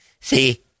See